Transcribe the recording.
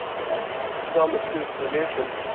and some astute clinicians